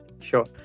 Sure